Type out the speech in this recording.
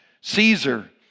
Caesar